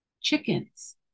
chickens